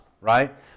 right